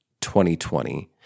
2020